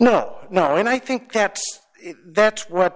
no no and i think that that's what